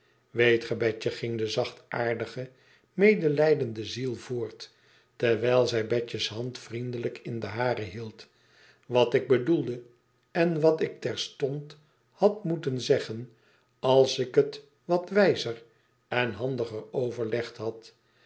ge betje ging de zachtaardige medelijdende ziel voort terwijl zij betje's hand vriendelijk in de hare hield wat ik bedoelde en wat ik terstond had moeten zeggen als ik het wat wijzer en wat handiger overlegd had